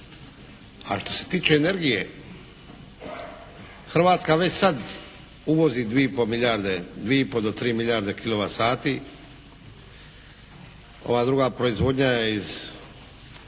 A što se tiče energije Hrvatska već sada uvodi 2,5 do 3 milijarde kilovat sati. Ova druga proizvodnja je iz